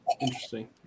Interesting